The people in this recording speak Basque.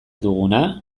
duguna